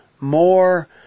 more